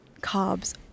carbs